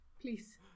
Please